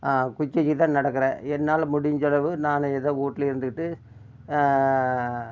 குச்சி வச்சு தான் நடக்கிறேன் என்னால் முடிஞ்சளவு நானும் ஏதோ வீட்ல இருந்துக்கிட்டு